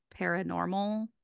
paranormal